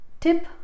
tip